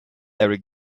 every